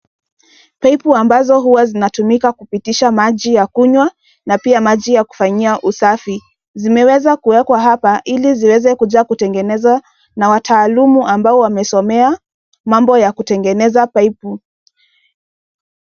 Paipu ambazo huwa zinatumika kupitisha maji ya kunywa na pia maji ya kufanyia usafi zimeweza kuwekwa hapa ili ziweze kuja kutengenezwa na wataluma ambao wamesomea mambo ya kutengeneza paipu.